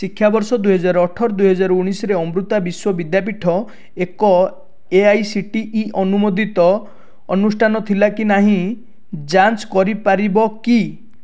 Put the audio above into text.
ଶିକ୍ଷାବର୍ଷ ଦୁଇ ହଜାର ଅଠର ଦୁଇ ହଜାର ଉଣେଇଶ ରେ ଅମୃତା ବିଶ୍ୱ ବିଦ୍ୟାପୀଠ ଏକ ଏଆଇସିଟିଇ ଅନୁମୋଦିତ ଅନୁଷ୍ଠାନ ଥିଲା କି ନାହିଁ ଯାଞ୍ଚ କରିପାରିବ କି